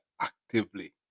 actively